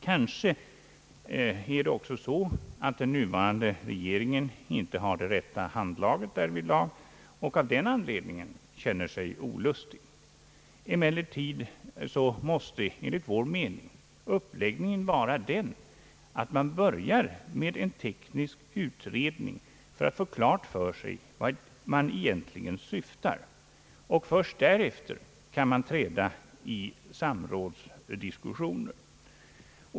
Kanske är det också så att den nuvarande regeringen inte har det rätta handlaget därvidlag och av den anledningen känner sig olustig. Emellertid måste enligt vår mening uppläggningen vara den, att man börjar med en teknisk utredning för att få klart för sig vad man egentligen syftar till. Först därefter kan man träda i samrådsdiskussioner.